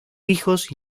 hijos